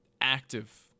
active